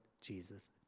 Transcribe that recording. Jesus